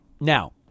Now